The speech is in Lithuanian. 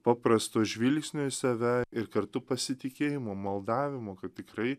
paprasto žvilgsnio į save ir kartu pasitikėjimo maldavimo kad tikrai